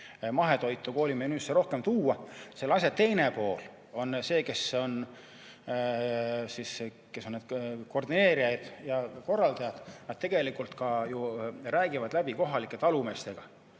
mahetoitu koolimenüüsse rohkem tuua. Selle asja teine pool on see, et need koordineerijaid ja korraldajad tegelikult ju räägivad läbi kohalike talumeestega,